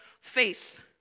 faith